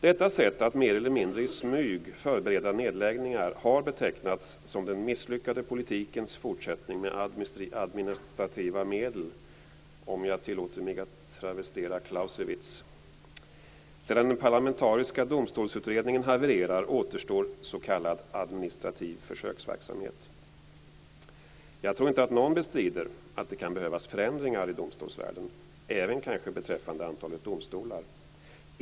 Detta sätt att mer eller mindre i smyg förbereda nedläggningar har betecknats som den misslyckade politikens fortsättning med administrativa medel, om jag tillåter mig att travestera Clausewitz. Sedan den parlamentariska domstolsutredningen havererat återstår s.k. administrativ försöksverksamhet. Jag tror inte att någon bestrider att det kan behövas förändringar i domstolsvärlden, även kanske beträffande antalet domstolar.